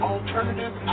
Alternative